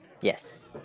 Yes